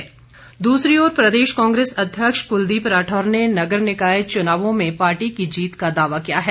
राठौर दूसरी ओर प्रदेश कांग्रेस अध्यक्ष कुलदीप राठौर ने नगर निकाय चुनावों में पार्टी की जीत का दावा किया है